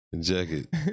jacket